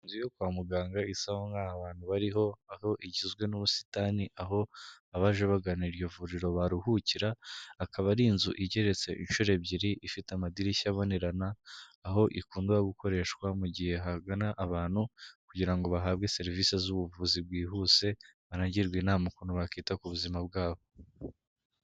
Inzu yo kwa muganga isa nk'aho nta bantu bariho aho igizwe n'ubusitani aho abaje bagana iryo vuriro baruhukira, akaba ari inzu igeretse inshuro ebyiri ifite amadirishya abonerana, aho ikunda gukoreshwa mu gihe hagana abantu, kugira ngo bahabwe serivisi z'ubuvuzi bwihuse banagirwe inama z'ukuntu bakwita ku buzima bwabo.